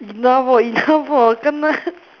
enough hor enough hor Kena